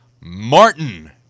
Martin